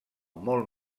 molt